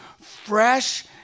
fresh